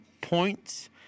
points